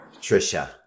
Trisha